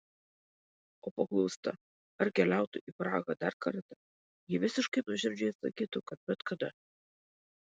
o paklausta ar keliautų į prahą dar kartą ji visiškai nuoširdžiai atsakytų kad bet kada